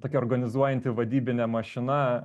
tokia organizuojanti vadybinė mašina